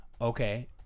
Okay